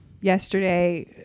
Yesterday